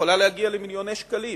שיכולה להגיע למיליוני שקלים,